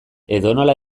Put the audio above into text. edonola